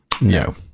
No